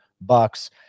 bucks